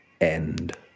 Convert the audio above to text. end